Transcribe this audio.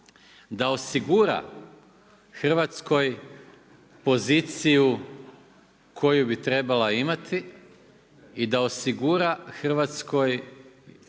da osigura Hrvatskoj poziciju koju bi trebala imati i da osigura hrvatskoj